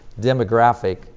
demographic